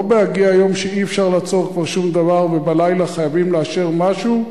ולא בהגיע יום שאי-אפשר לעצור פה שום דבר ובלילה חייבים לאשר משהו,